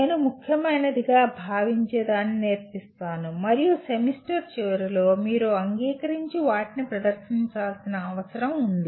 నేను ముఖ్యమైనదిగా భావించేదాన్ని నేర్పిస్తాను మరియు సెమిస్టర్ చివరిలో మీరు అంగీకరించి వాటిని ప్రదర్శించాల్సిన అవసరం ఉంది